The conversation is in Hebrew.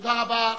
תודה רבה.